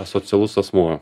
asocialus asmuo